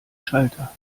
schalter